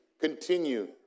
continue